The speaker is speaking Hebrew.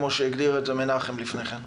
כפי שהגדיר מנחם לפני כן,